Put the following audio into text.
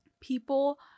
people